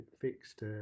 fixed